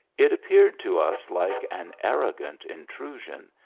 it appeared to us like an arrogant intrusion,